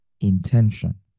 intention